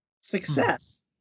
success